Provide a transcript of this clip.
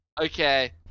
Okay